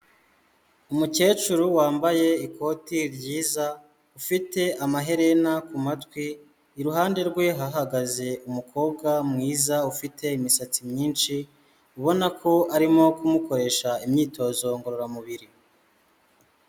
Umukecuru wambaye ikoti ryiza, ufite amaherena ku matwi, iruhande rwe hahagaze umukobwa mwiza ufite imisatsi myinshi, ubona ko arimo kumukoresha imyitozo ngororamubiri.